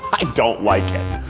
i don't like it!